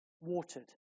watered